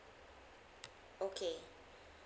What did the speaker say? okay